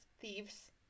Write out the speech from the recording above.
thieves